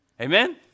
Amen